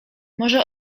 może